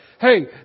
Hey